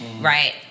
Right